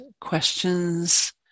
questions